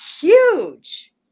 huge